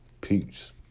Peace